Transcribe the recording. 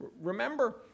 remember